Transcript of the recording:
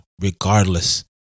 regardless